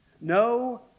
No